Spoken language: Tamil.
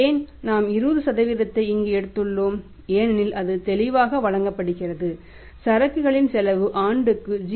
ஏன் நாம் 20 ஐ இங்கு எடுத்துள்ளோம் ஏனெனில் அது தெளிவாக வழங்கப்படுகிறது சரக்குகளின் செலவு ஆண்டுக்கு 0